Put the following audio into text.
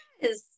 Yes